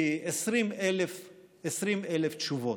כ-20,000 תשובות.